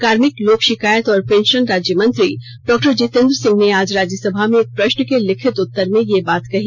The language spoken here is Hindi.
कार्मिक लोक शिकायत और पेंशन राज्यमंत्री डॉ जितेन्द्र सिंह ने आज राज्यसभा में एक प्रश्न के लिखित उत्तर में यह बात कही